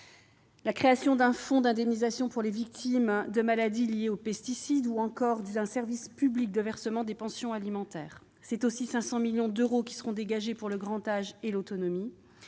d'un nouveau fonds d'indemnisation pour les victimes de maladies liées aux pesticides ou encore d'un service public de versement des pensions alimentaires. Par ailleurs, 500 millions d'euros seront dégagés pour le grand âge et l'autonomie.